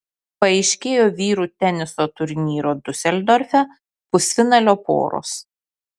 paaiškėjo vyrų teniso turnyro diuseldorfe pusfinalio poros